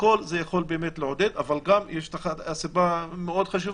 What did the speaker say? הכול באמת יכול לעודד, אבל גם יש דבר מאוד חשוב: